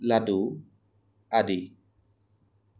লাডু আদি